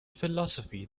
philosophy